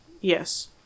Yes